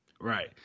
Right